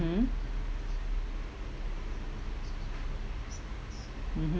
hmm mmhmm